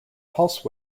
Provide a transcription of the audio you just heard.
pulse